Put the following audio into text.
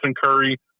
Curry